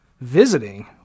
visiting